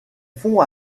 fond